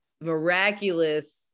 miraculous